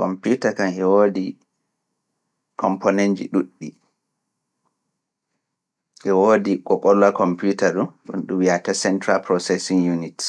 Kompiuta kaan heewoodi komponenji ɗuuɗɗi. Heewoodi ko ɓolla kompiuta ɗum, ɗum wi'ata central processing units.